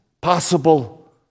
possible